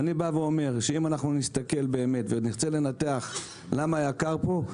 ואני בא ואומר שאם אנחנו נסתכל באמת ונרצה לנתח למה יקר פה,